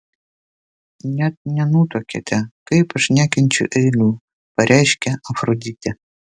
net nenutuokiate kaip aš nekenčiu eilių pareiškė afroditė